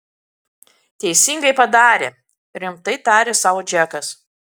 teisingai padarė rimtai tarė sau džekas